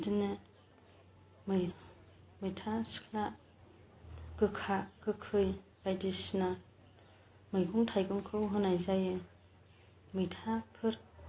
बिदिनो मैथा सिखोना गोखा गोखै बायदिसिना मैगं थाइगंखौ होनाय जायो मैथाफोर